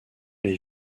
les